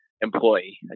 employee